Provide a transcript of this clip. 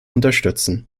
unterstützen